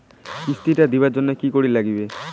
কিস্তি টা দিবার জন্যে কি করির লাগিবে?